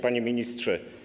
Panie Ministrze!